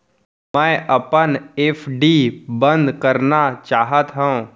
मै अपन एफ.डी बंद करना चाहात हव